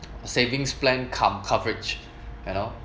savings plan cum coverage you know